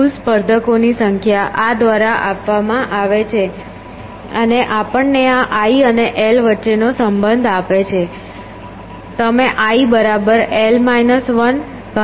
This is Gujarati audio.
કુલ સ્પર્ધકોની સંખ્યા આ દ્વારા આપવામાં આવે છે અને આ આપણને i અને l વચ્ચેનો સંબંધ આપે છે